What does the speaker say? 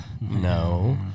No